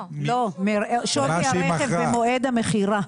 לא, משווי הרכב במועד המכירה.